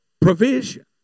provision